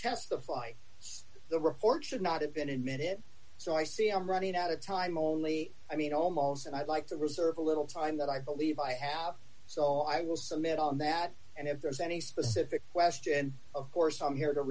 that the records should not have been admitted so i see i'm running out of time only i mean all malls and i'd like to reserve a little time that i believe i have so i will submit on that and if there's any specific question of course i'm here to